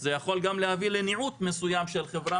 יכול להביא גם לניוד מסוים של חברה